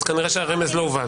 אז כנראה שהרמז לא הובן.